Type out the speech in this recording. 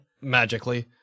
Magically